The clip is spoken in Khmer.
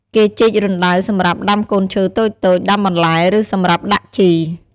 គេជីករណ្តៅសម្រាប់ ដាំកូនឈើ តូចៗ ដាំបន្លែ ឬសម្រាប់ដាក់ជី។